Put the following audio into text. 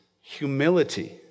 humility